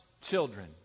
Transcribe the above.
children